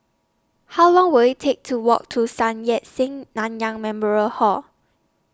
How Long Will IT Take to Walk to Sun Yat Sen Nanyang Memorial Hall